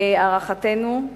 להערכתנו,